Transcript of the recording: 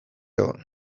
egon